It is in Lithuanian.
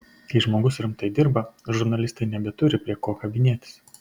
kai žmogus rimtai dirba žurnalistai nebeturi prie ko kabinėtis